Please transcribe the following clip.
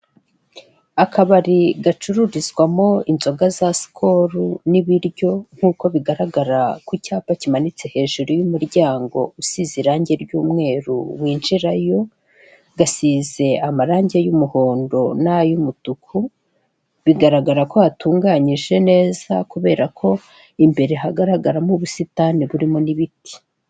Akabari gacururizwamo inzoga za Skol n'ibiryo nk'uko bigaragara ku cyapa kimanitse hejuru y'umuryango usize irangi ry'umweru winjirayo, gasize amarangi y'umuhondo n'ay'umutuku, bigaragara ko hatunganyije neza kubera ko imbere hagaragaramo ubusitani burimo n'ibiti.